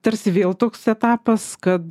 tarsi vėl toks etapas kad